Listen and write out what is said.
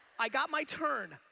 i got my turn.